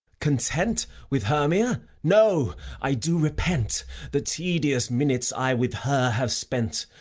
content with hermia! no i do repent the tedious minutes i with her have spent.